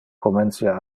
comencia